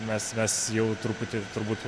mes mes jau truputį turbūt